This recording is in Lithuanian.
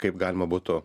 kaip galima būtų